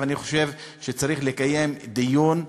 ואני חושב שצריך לקיים דיון.